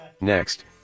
Next